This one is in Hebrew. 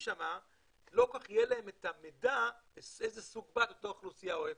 שם לא יהיה להם את המידע איזה סוג בד אותה אוכלוסייה אוהבת.